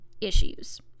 issues